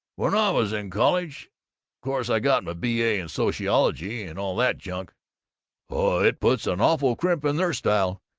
when i was in college course i got my b a. in sociology and all that junk oh, it puts an awful crimp in their style!